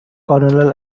colonial